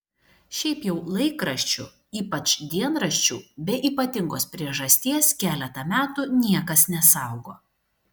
šiaip jau laikraščių ypač dienraščių be ypatingos priežasties keletą metų niekas nesaugo